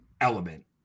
element